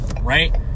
right